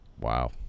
wow